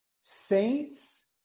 Saints